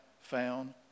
found